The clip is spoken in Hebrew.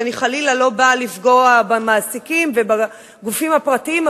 ואני חלילה לא באה לפגוע במעסיקים או בגופים הפרטיים,